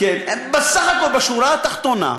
בסך הכול, בשורה התחתונה,